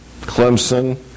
Clemson